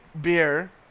beer